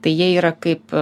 tai jie yra kaip